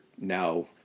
now